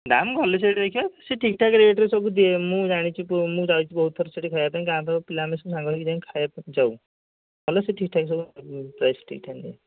ଦାମ୍ ଗଲେ ସେଇଠି ଦେଖିବା ସେ ଠିକ୍ ଠାକ୍ ରେଟ୍ରେ ସବୁ ଦିଏ ମୁଁ ଜାଣିଛି ତୁ ମୁଁ ଯାଇଛି ବହୁତ ଥର ସେଇଠି ଖାଇବା ପାଇଁ ଗାଁ ପିଲାମାନେ ସବୁ ମିଶି ସାଙ୍ଗ ହୋଇକି ଖାଇବା ପାଇଁ ଯାଉ ଗଲେ ସେ ଠିକ୍ ଠାକ୍ ସବୁ ପ୍ରାଇସ୍ ଠିକ୍ ଠାକ୍ ନିଏ